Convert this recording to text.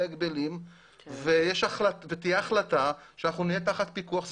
ההגבלים ותהיה החלטה שאנחנו נהיה תחת פיקוח.